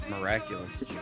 Miraculous